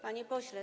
Panie Pośle!